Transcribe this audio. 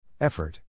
Effort